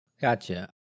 Gotcha